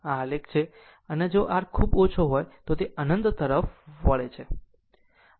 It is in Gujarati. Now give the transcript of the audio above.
આ આલેખ છે અને જો R ખૂબ ઓછી હોય તો તે અનંત તરફ વળે છે